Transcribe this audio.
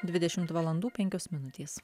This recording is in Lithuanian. dvidešimt valandų penkios minutės